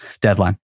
deadline